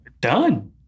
done